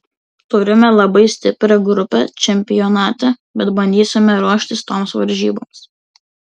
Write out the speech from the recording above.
turime labai stiprią grupę čempionate bet bandysime ruoštis toms varžyboms